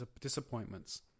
disappointments